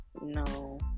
no